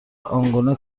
آنگونه